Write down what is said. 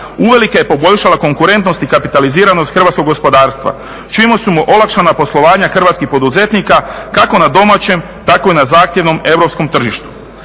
uvelike je poboljšala konkurentnost i kapitaliziranost hrvatskog gospodarstva čime su mu olakšana poslovanja hrvatskih poduzetnika kako na domaćem tako i na zahtjevnom europskom tržištu.